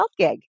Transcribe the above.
HealthGig